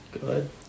Good